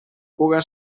puga